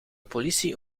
politie